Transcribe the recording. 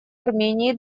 армении